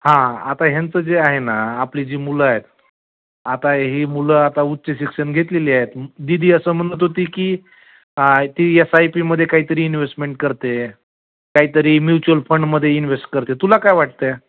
हां आता ह्यांचं जे आहे ना आपली जी मुलं आहेत आता ही मुलं आता उच्च शिक्षण घेतलेली आहेत म् दीदी असं म्हणत होती की आय् ती येस आय पीमध्ये काहीतरी इन्व्हेस्टमेंट करते आहे काहीतरी म्युच्युअल फंडमध्ये इन्व्हेस्ट करते आहे तुला काय वाटतं आहे